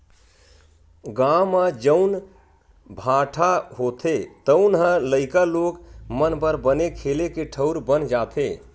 गाँव म जउन भाठा होथे तउन ह लइका लोग मन बर बने खेले के ठउर बन जाथे